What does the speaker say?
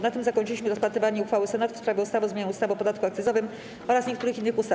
Na tym zakończyliśmy rozpatrywanie uchwały Senatu w sprawie ustawy o zmianie ustawy o podatku akcyzowym oraz niektórych innych ustaw.